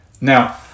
Now